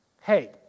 hey